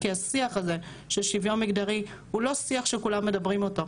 כי השיח הזה של שוויון מגדרי הוא לא שיח שכולם מדברים אותו.